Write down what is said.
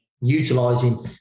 utilizing